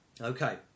Okay